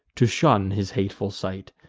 to shun his hateful sight,